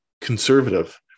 conservative